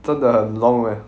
真的很 long eh